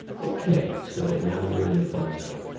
okay. so now we're in the fun zone.